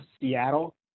Seattle